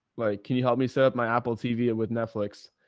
like, can you help me set up my apple tv with netflix?